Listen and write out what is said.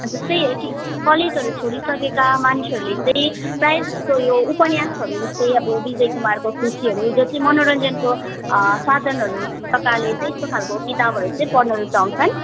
जस्तै कलेजहरू छोडिसकेका मानिसहरूले चाहिँ प्रायः जस्तो यो उपन्यासहरू जस्तै अब विजय कुमारको खुसीहरू जस्तै मनोरञ्जनको साधनहरू प्रकारले चाहिँ यस्तो खालको किताबहरू चाहिँ पढ्न रुचाउँछन्